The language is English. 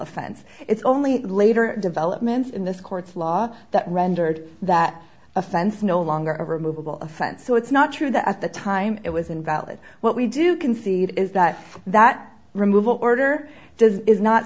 offense it's only later developments in this court's law that rendered that offense no longer a removable offense so it's not true that at the time it was invalid what we do concede is that that removal order does is not